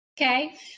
Okay